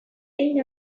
hein